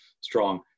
strong